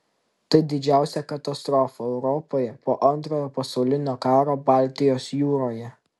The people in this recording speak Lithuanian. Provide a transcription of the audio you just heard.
tai didžiausia katastrofa europoje po antrojo pasaulinio karo baltijos jūroje